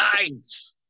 Nice